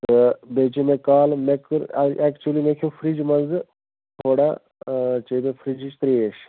تہٕ بیٚیہِ چیٚے مےٚ کالہٕ مےٚ کوٚر ایکچُؤلی مےٚ کھیٚو فِرجہِ مَنزٕ تھوڑا چیٚے مےٚ فرجِچ ترٛیش